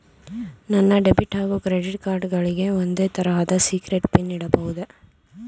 ನನ್ನ ಡೆಬಿಟ್ ಹಾಗೂ credit card ಗಳಿಗೆ ಒಂದೇ ತರಹದ ಸೀಕ್ರೇಟ್ ಪಿನ್ ಇಡಬಹುದೇ?